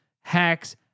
hacks